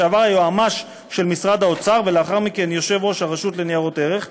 לשעבר היועמ״ש של משרד האוצר ולאחר מכן יושב-ראש הרשות לניירות ערך,